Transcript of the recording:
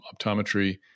optometry